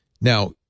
Now